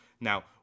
now